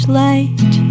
light